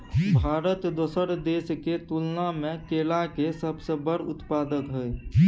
भारत दोसर देश के तुलना में केला के सबसे बड़ उत्पादक हय